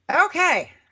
okay